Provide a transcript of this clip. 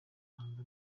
hanze